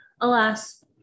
alas